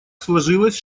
сложилась